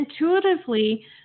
intuitively